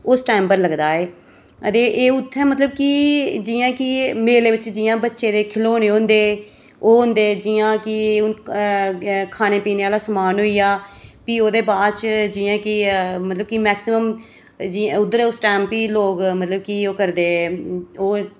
उस टाइम पर लगदा एह् अदे एह् उत्थै मतलब कि जि'यां की मेले च जि'यां बच्चें दे खढोनें होंदे ओह् होंदे जि'यां की हून खाने पीने आह्ल समान होई गेआ भी ओह्दे बाद च जि'यां की मतलब की मैक्सीमम उद्धर उस टैम बी लोक मतलब की ओह् करदे